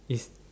is